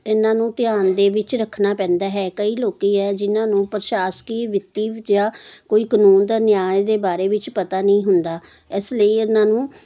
ਇਹਨਾਂ ਨੂੰ ਧਿਆਨ ਦੇ ਵਿੱਚ ਰੱਖਣਾ ਪੈਂਦਾ ਹੈ ਕਈ ਲੋਕ ਹੈ ਜਿਹਨਾਂ ਨੂੰ ਪ੍ਰਸ਼ਾਸਨੀ ਵਿੱਤੀ ਜਾਂ ਕੋਈ ਕਾਨੂੰਨ ਦਾ ਨਿਆ ਦੇ ਬਾਰੇ ਵਿੱਚ ਪਤਾ ਨਹੀਂ ਹੁੰਦਾ ਇਸ ਲਈ ਇਹਨਾਂ ਨੂੰ